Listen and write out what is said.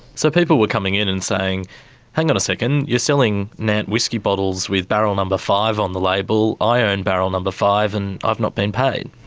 so people were coming in and saying hang on a second, you're selling nant whiskey bottles with barrel number five on the label, i own barrel number five and i've not been paid.